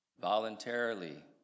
voluntarily